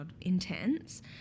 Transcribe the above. intense